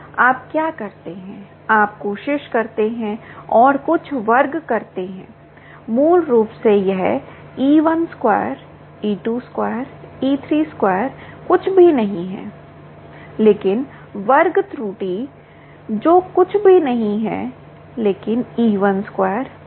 और आप क्या करते हैं आप कोशिश करते हैं और कुछ वर्ग करते हैं मूल रूप से यह e12e22e32 कुछ भी नहीं है लेकिन वर्ग त्रुटि वर्ग त्रुटि जो कुछ भी नहीं है लेकिन e12 e22 e32 है